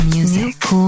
Music